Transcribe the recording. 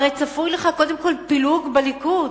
הרי צפוי קודם כול פילוג בליכוד,